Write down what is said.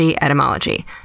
etymology